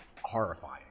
horrifying